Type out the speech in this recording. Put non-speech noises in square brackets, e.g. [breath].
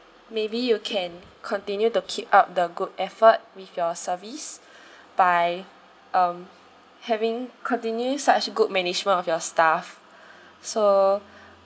maybe you can continue to keep up the good effort with your service [breath] by um having continuing such good management of your staff [breath] so [breath]